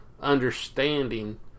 understanding